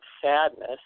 sadness